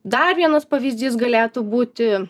dar vienas pavyzdys galėtų būti